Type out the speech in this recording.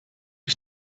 ich